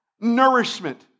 nourishment